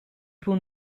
pour